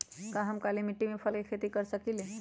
का हम काली मिट्टी पर फल के खेती कर सकिले?